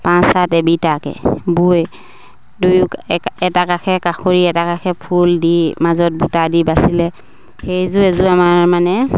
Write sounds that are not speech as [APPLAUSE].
পাঁচ আঠ [UNINTELLIGIBLE] বৈ দুয়ো এটা কাষে কাষৰী এটা কাষে ফুল দি মাজত বুটা দি বাচিলে সেইযোৰ এযোৰ আমাৰ মানে